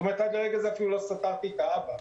עד לרגע זה אפילו לא סתרתי את דברי האבא,